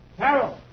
Carol